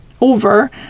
over